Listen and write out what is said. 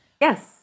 Yes